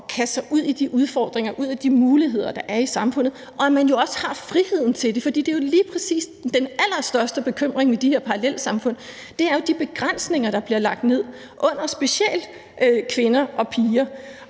at kaste sig ud i de udfordringer og muligheder, der er i samfundet, og at man jo også har friheden til det. For det er jo lige præcis den allerstørste bekymring med de her parallelsamfund, nemlig de begrænsninger, der bliver lagt ned over specielt kvinder og piger.